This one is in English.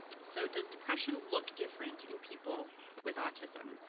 so does depression look different in people with autism?